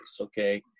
okay